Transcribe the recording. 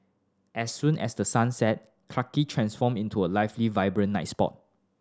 as soon as the sun set Clarke Quay transform into a lively vibrant night spot